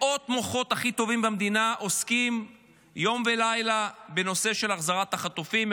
מאות מוחות הכי טובים במדינה עוסקים יום ולילה בנושא של החזרת החטופים,